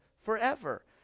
forever